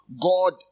God